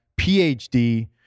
phd